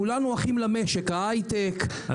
כולנו אחים למשק ההייטק,